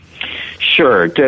Sure